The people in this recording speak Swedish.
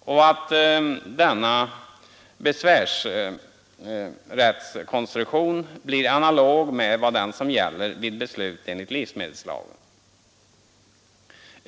och att denna besvärsrättskonstruktion blir analog med den som gäller vid beslut enligt livsmedelslagen.